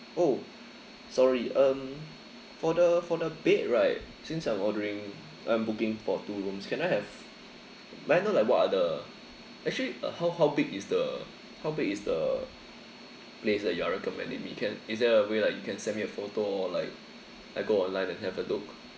oh sorry um for the for the bed right since I'm ordering I'm booking for two rooms can I have may I know like what are the actually uh how how big is the how big is the place that you are recommending me can is there a way like you can send me a photo or like I go online and have a look